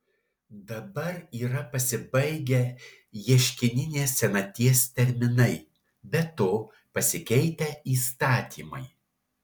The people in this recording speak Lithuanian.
dabar yra pasibaigę ieškininės senaties terminai be to pasikeitę įstatymai